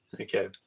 Okay